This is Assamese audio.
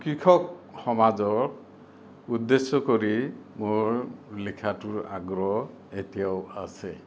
কৃষক সমাজৰ উদ্দেশ্য কৰি মোৰ লিখাটোৰ আগ্ৰহ এতিয়াও আছে